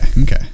okay